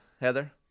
Heather